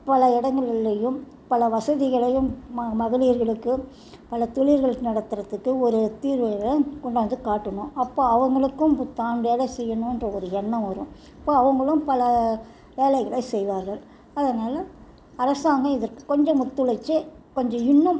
பல இடங்கள்லையும் பல வசதிகளையும் ம மகளிர்களுக்கு பல தொழிற்கள் நடத்துறத்துக்கு ஒரு தீர்வு கொண்டாந்து காட்டணும் அப்போ அவங்களுக்கும் தான் வேலை செய்யணுன்ற ஒரு எண்ணம் வரும் அப்போ அவங்களும் பல வேலைகளை செய்வார்கள் அதனால் அரசாங்கம் இதற்கு கொஞ்சம் ஒத்துழைச்சு கொஞ்சம் இன்னும்